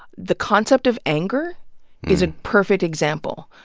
the concept of anger is a perfect example.